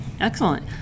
excellent